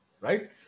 right